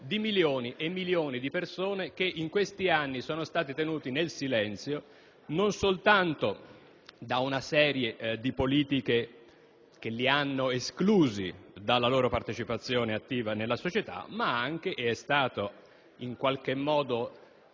di milioni e milioni di persone. Persone che in questi anni sono state tenute nel silenzio non soltanto da una serie di politiche che le hanno escluse dalla partecipazione attiva alla società, ma anche, com'è stato ricordato, da